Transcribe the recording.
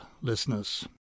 listeners